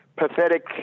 pathetic